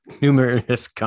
Numerous